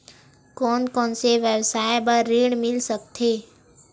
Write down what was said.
कोन कोन से व्यवसाय बर ऋण मिल सकथे?